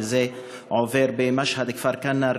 שעובר בין משהד לכפר-כנא,